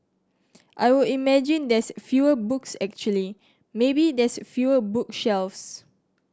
I would imagine there's fewer books actually maybe there's fewer book shelves